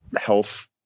health